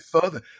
further